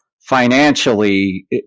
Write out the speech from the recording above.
financially